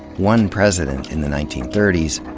one president in the nineteen thirty s,